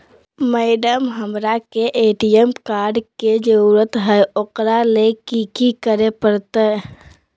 Madam, हमरा के ATM card के जरूरत है ऊकरा ले की की करे परते?